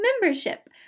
Membership